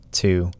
two